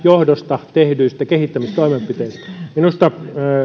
johdosta tehdyistä kehittämistoimenpiteistä minusta